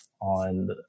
on